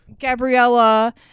Gabriella